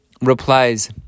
replies